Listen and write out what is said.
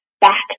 back